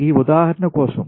ఈ ఉదాహరణ కోసం